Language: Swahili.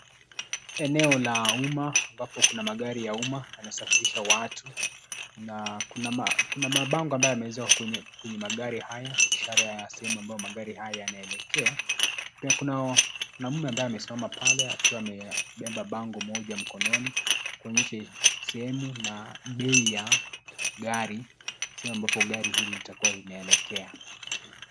Eneo la umma, ambapo kuna magari ya umma, yanasafirisha watu, na kuna mabango ambayo yameezwa kwenye magari haya, ishara ya sehemu ambayo magari haya yanaelekea, pia kunao, kuna mme amesimama pale akiwa ame, beba bango moja mkononi, kuonyesha sehemu na bei ya gari, sio ambapo gari hili litakuwa linaelekea.